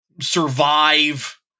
survive